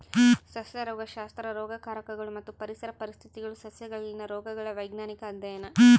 ಸಸ್ಯ ರೋಗಶಾಸ್ತ್ರ ರೋಗಕಾರಕಗಳು ಮತ್ತು ಪರಿಸರ ಪರಿಸ್ಥಿತಿಗುಳು ಸಸ್ಯಗಳಲ್ಲಿನ ರೋಗಗಳ ವೈಜ್ಞಾನಿಕ ಅಧ್ಯಯನ